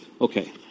okay